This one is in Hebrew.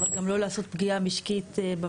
אבל גם לא לעשות פגיעה משקית במשק.